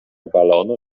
balonu